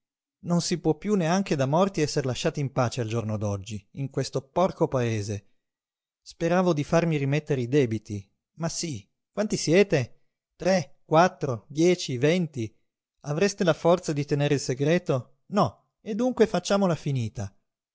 non si può piú neanche da morti esser lasciati in pace al giorno d'oggi in questo porco paese speravo di farmi rimettere i debiti ma sí quanti siete tre quattro dieci venti avreste la forza di tenere il segreto no e dunque facciamola finita